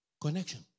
connection